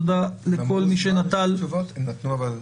תודה לכל מי שנטל חלק.